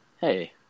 Hey